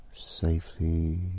Safely